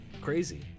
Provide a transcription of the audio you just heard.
crazy